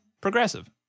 progressive